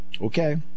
okay